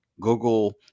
Google